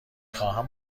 خواهم